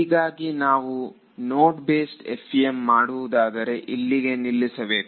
ಹೀಗಾಗಿ ನಾವು node based FEM ಮಾಡುವುದಾದರೆ ಇಲ್ಲಿಗೆ ನಿಲ್ಲಿಸಬೇಕು